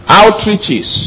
outreaches